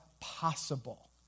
possible